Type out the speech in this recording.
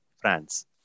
France